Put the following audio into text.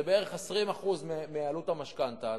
זה בערך 20% מעלות המשכנתה,